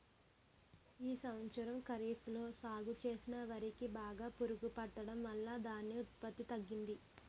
ఈ సంవత్సరం ఖరీఫ్ లో సాగు చేసిన వరి కి బాగా పురుగు పట్టడం వలన ధాన్యం ఉత్పత్తి తగ్గింది